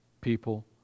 people